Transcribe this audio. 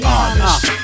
Honest